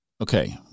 Okay